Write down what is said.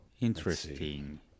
Interesting